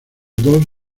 dos